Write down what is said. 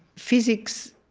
physics,